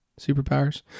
Superpowers